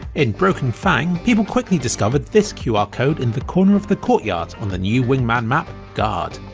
in broken fang, people quickly discovered this qr code in the corner of the courtyard on the new wingman map, guard.